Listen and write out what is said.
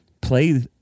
play